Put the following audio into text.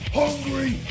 hungry